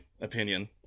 opinion